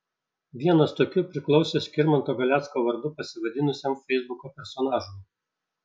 vienas tokių priklausė skirmanto galecko vardu pasivadinusiam feisbuko personažui